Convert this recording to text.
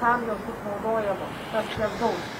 kam jos bus naudojamos kas jas gaus